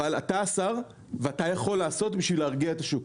אבל אתה השר ואתה יכול לפעול בשביל להרגיע את השוק.